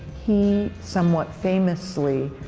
he somewhat famously